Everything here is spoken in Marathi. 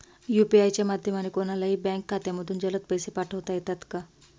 यू.पी.आय च्या माध्यमाने कोणलाही बँक खात्यामधून जलद पैसे पाठवता येतात का?